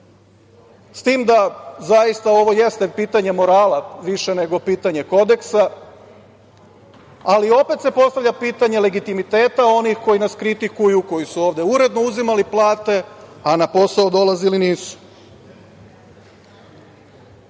S tim da zaista ovo jeste pitanje morala više nego pitanje kodeksa. Ali, opet se postavlja pitanje legitimiteta onih koji nas kritikuju, koji su ovde uredno uzimali plate, a na posao dolazili nisu. Ono